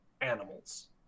animals